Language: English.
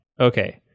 Okay